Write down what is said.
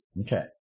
Okay